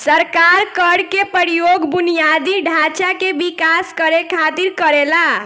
सरकार कर के प्रयोग बुनियादी ढांचा के विकास करे खातिर करेला